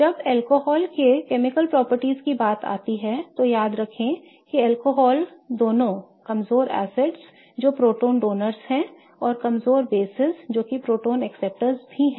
जब अल्कोहल के रासायनिक गुणों की बात आती है तो याद रखें कि अल्कोहल दोनों कमजोर एसिड जो प्रोटॉन दाता हैं और कमजोर आधार जो कि प्रोटॉन स्वीकर्ता भी हैं